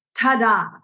ta-da